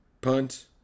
Punt